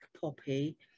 Poppy